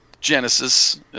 Genesis